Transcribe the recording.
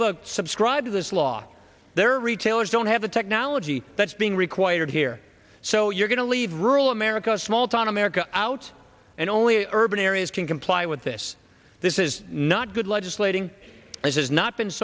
to subscribe to this law their retailers don't have the technology that's being required here so you're going to leave rural america small town america out and only urban areas can comply with this this is not good legislating has not been